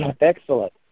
Excellent